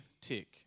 tick